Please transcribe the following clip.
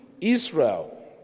Israel